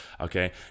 okay